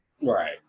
right